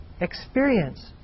experience